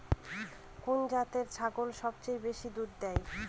কোন জাতের ছাগল সবচেয়ে বেশি দুধ দেয়?